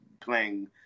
playing